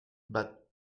but